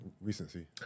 recency